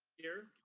here.